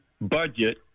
budget